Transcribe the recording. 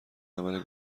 عمل